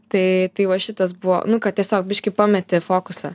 tai tai va šitas buvo nu kad tiesiog biškį pameti fokusą